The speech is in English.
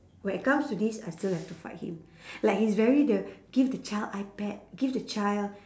when it comes to this I still have to fight him like he's very the give the child ipad give the child